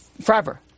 forever